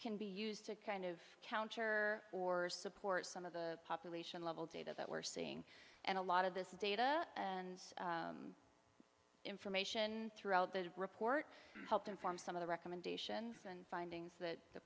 can be used to kind of counter or support some of the population level data that we're seeing and a lot of this data and information throughout the report helped inform some of the recommendations and findings that the